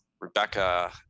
Rebecca